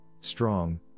strong